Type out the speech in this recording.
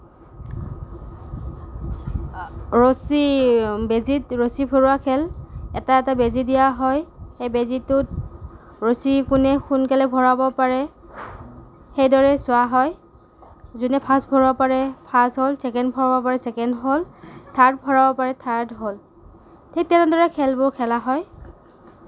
ৰছী বেজিত ৰছী ভৰোৱা খেল এটা এটা বেজি দিয়া হয় সেই বেজিটোত ৰছী কোনে সোনকালে ভৰাব পাৰে সেইদৰে চোৱা হয় যোনে ফাৰ্ষ্ট ভৰাব পাৰে ফাৰ্ষ্ট হ'ল চেকেণ্ড ভৰাব পৰা চেকেণ্ড হ'ল থাৰ্ড ভৰাব পাৰে থাৰ্ড হ'ল ঠিক তেনেদৰে খেলবোৰ খেলা হয়